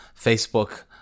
Facebook